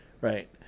right